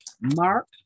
Mark